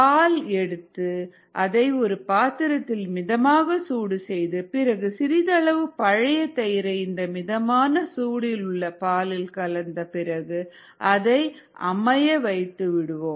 பால் எடுத்து அதை ஒரு பாத்திரத்தில் மிதமாக சூடு செய்து பிறகு சிறிதளவு பழைய தயிரை இந்த மிதமான சூடு உள்ள பாலில் கலந்து பிறகு அதை அமைய வைத்துவிடுவோம்